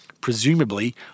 presumably